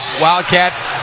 Wildcats